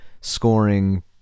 scoring